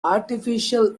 artificial